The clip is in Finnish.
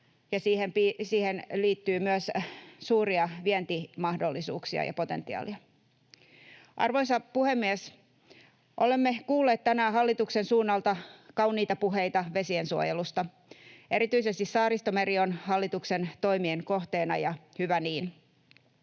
siihen liittyy myös suuria vientimahdollisuuksia ja -potentiaalia. Arvoisa puhemies! Olemme kuulleet tänään hallituksen suunnalta kauniita puheita vesiensuojelusta. Erityisesti Saaristomeri on hallituksen toimien kohteena, ja hyvä niin.